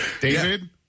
David